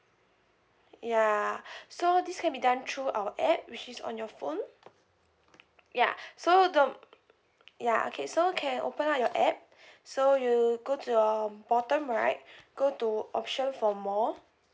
ya so this can be done through our app which is on your phone ya so the ya okay so can open up your app so you go to your bottom right go to option for more